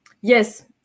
yes